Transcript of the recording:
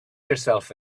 yourself